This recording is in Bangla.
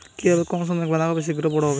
কিভাবে কম সময়ে বাঁধাকপি শিঘ্র বড় হবে?